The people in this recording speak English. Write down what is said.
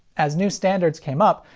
as new standards came up,